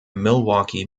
milwaukee